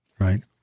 right